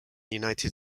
united